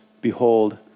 Behold